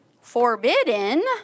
forbidden